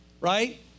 right